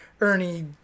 Ernie